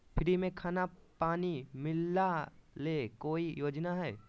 Free में खाना पानी मिलना ले कोइ योजना हय?